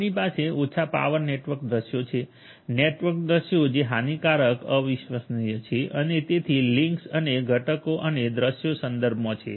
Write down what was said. આપણી પાસે ઓછા પાવર નેટવર્ક દૃશ્યો છે નેટવર્ક દૃશ્યો જે હાનિકારક અવિશ્વસનીય છે અને તેથી લિંક્સ અને ઘટકો અને દૃશ્યો સંદર્ભમાં છે